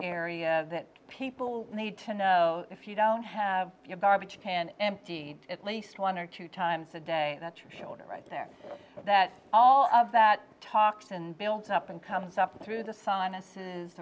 area that people need to know if you don't have your garbage can emptied at least one or two times a day that your shoulder right there that all of that talks and builds up and comes up through the sinuses